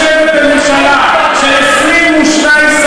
משום שהיה לו נוח לשבת בממשלה של 22 שרים.